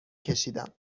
کشیدم